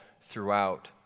throughout